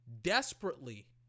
desperately